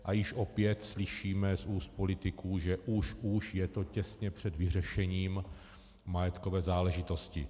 A již opět slyšíme z úst politiků, že už už je to těsně před vyřešením majetkové záležitosti.